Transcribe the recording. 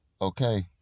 okay